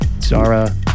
zara